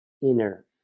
inner